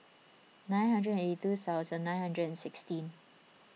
nine hundred and eighty two thousand nine hundred and sixteen